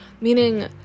meaning